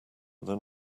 than